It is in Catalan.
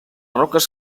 roques